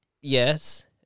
yes